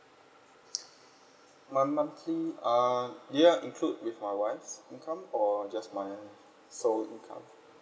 my monthly uh do y'all include with my wife's income or just my sole income